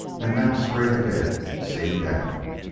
and now straight ahead seemed down.